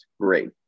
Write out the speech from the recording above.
Great